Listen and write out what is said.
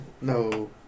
No